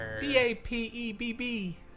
D-A-P-E-B-B